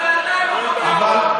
אבל בינתיים החוק עבר.